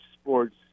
sports